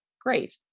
great